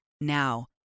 now